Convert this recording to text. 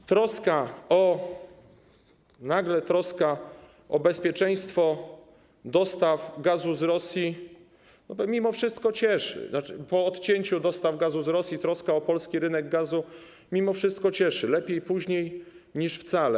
I troska, nagle troska o bezpieczeństwo dostaw gazu z Rosji mimo wszystko cieszy... po odcięciu dostaw gazu z Rosji troska o polski rynek gazu mimo wszystko cieszy - lepiej później niż wcale.